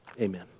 Amen